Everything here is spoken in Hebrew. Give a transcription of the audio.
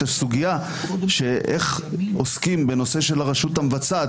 הסוגיה איך עוסקים בנושא של הרשות המבצעת,